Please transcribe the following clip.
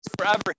forever